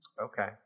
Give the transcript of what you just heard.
Okay